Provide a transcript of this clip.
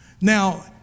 Now